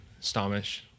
Stomish